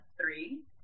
three